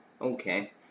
okay